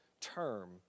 term